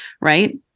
right